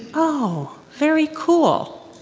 oh, very cool?